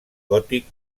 gòtic